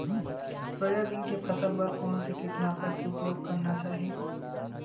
Soybean के फसल बर कोन से कीटनाशक के उपयोग करना चाहि?